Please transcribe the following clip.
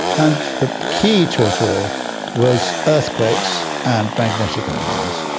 and the key to it all was earthquakes and magnetic anomalies,